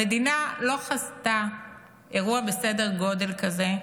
המדינה לא חזתה אירוע בסדר גודל כזה,